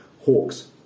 Hawks